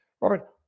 Robert